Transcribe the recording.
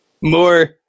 More